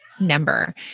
number